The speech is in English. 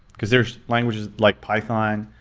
because there're languages like python,